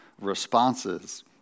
responses